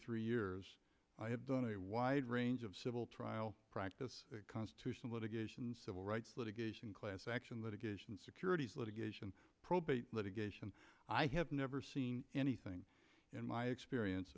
three years i have done a wide range of civil trial practice constitutional litigation civil rights litigation class action litigation securities litigation probate litigation i have never seen anything in my experience